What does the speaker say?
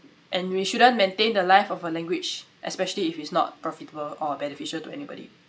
and we shouldn't maintain the life of a language especially if it is not profitable or beneficial to anybody